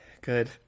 Good